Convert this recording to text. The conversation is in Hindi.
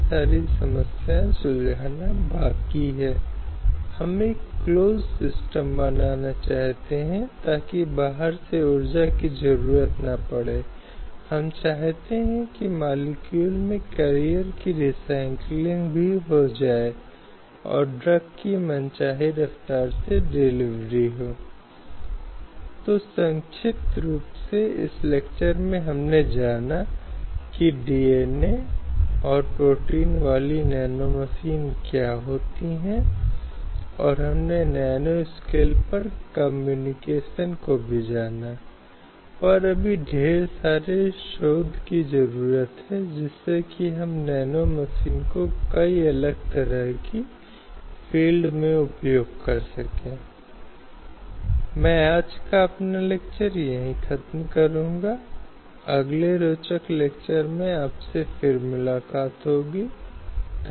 और साथ ही इसके सकारात्मक दृष्टिकोण या राज्यों के इस हिस्से से सकारात्मक कार्यों की बात करता है ताकि यह सुनिश्चित किया जा सके कि महिला कानूनों को बढ़ावा देने और संरक्षण के लिए प्रभावी उपाय किए गए हैं नीचा दिखाने वाली प्रथाओं को हटा दिया गया है जबकि छोटा मानने वाली प्रथाओं और अपमानजनक प्रथाओं को समाप्त कर दिया गया है साथ ही यह महिलाओं के विभिन्न माध्यमों और तंत्रों के कारण को बढ़ावा देता है और इसलिए यह सभी उपाय कानूनों को लागू करने और लागू करने में लंबे समय से चले आ रहे हैं जिन्हें हम अगले व्याख्यान में देखेंगे